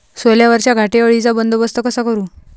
सोल्यावरच्या घाटे अळीचा बंदोबस्त कसा करू?